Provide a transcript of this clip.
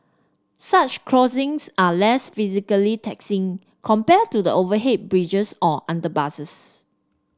such crossings are less physically taxing compared to the overhead bridges or underpasses